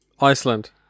Iceland